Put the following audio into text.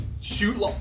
shoot